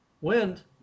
Wind